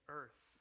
earth